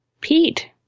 Pete